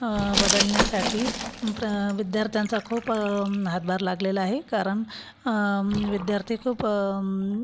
बदलण्यासाठी प्र विद्यार्थ्यांचा खूप हातभार लागलेला आहे कारण विद्यार्थी खूप